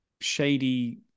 shady